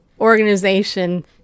organization